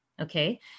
Okay